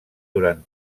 durant